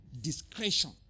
Discretion